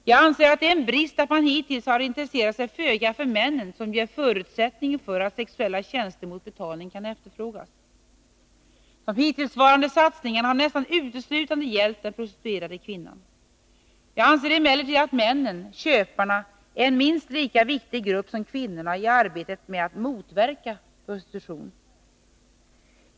Jag anser att det är en brist att man hittills har intresserat sig föga för männen, som ju är förutsättningen för att sexuella tjänster mot betalning efterfrågas. De hittillsvarande satsningarna har nästan uteslutande gällt den prostituerade kvinnan. Jag anser emellertid att männen — köparna — är en minst lika viktig grupp som kvinnorna i arbetet med att motverka prostitution.